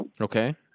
Okay